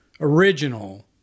original